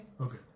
Okay